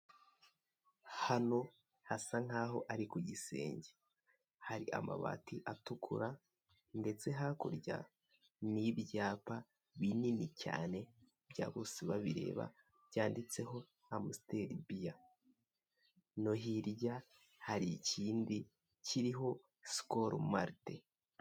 Hano hasa nkaho ari ku gisenge hari amabati atukura ndetse hakurya ni ibyapa binini cyane bya bose babireba byanditseho Amstel beer no hirya hari ikindi kiriho Skol Martin.